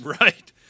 Right